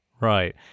Right